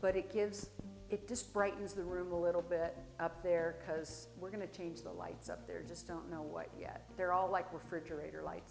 but it gives it despite use the room a little bit up there because we're going to change the lights up there just don't know what yet they're all like refrigerator lights